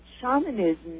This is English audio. shamanism